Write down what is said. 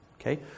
Okay